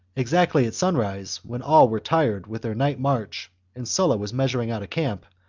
exactly at sunrise, when all were tired with their night march and sulla was measuring out a camp,